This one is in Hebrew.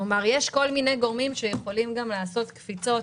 כלומר יש כל מיני גורמים שיכולים לעשות קפיצות